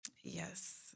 Yes